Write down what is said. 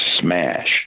Smash